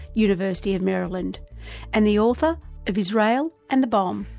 university of maryland and the author of israel and the bomb.